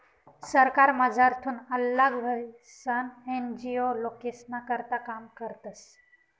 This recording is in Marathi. सरकारमझारथून आल्लग व्हयीसन एन.जी.ओ लोकेस्ना करता काम करतस